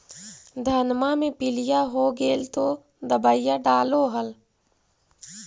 धनमा मे पीलिया हो गेल तो दबैया डालो हल?